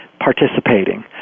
participating